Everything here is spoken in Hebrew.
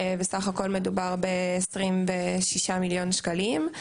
בסך הכול מדובר ב-26 מיליון שקלים.